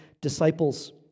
disciples